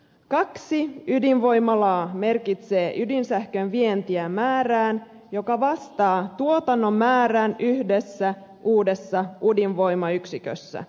kaksi ydinvoimalaa merkitsee ydinsähkön viennissä määrää joka vastaa tuotannon määrää yhdessä uudessa ydinvoimayksikössä